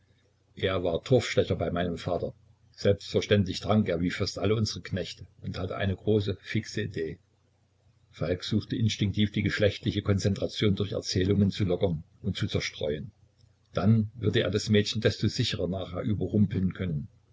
er war torfstecher bei meinem vater selbstverständlich trank er wie fast alle unsre knechte und hatte eine große fixe idee falk suchte instinktiv die geschlechtliche konzentration durch erzählungen zu lockern und zu zerstreuen dann würde er das mädchen desto sicherer nachher überrumpeln können